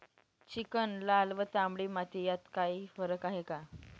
Chicken, लाल व तांबडी माती यात काही फरक आहे का?